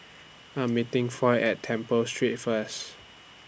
I'm meeting Foy At Temple Street First